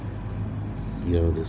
ya